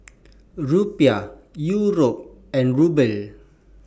Rupiah Euro and Ruble